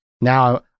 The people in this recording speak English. now